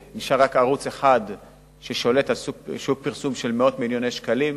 ערוץ אחד ששולט על שוק פרסום של מאות מיליוני שקלים,